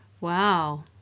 Wow